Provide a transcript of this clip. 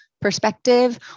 perspective